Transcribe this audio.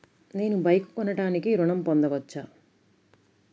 నేను బైక్ కొనటానికి ఋణం పొందవచ్చా?